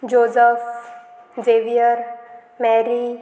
Joseph Xavier Mary